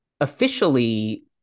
officially